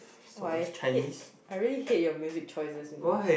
oh I hate I really hate your music choices you know